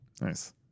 Nice